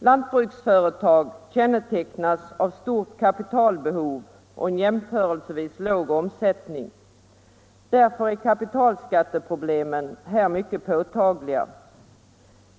Lantbruksföretag kännetecknas av stort kapitalbehov och en jämförelsevis låg omsättning. Därför är kapitalskatteproblemen här mycket påtagliga.